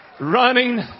running